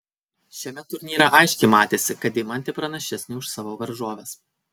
šiame turnyre aiškiai matėsi kad deimantė pranašesnė už savo varžoves